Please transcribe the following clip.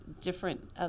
different